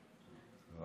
לא